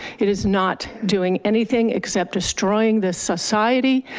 it is not doing anything except destroying the society,